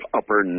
upper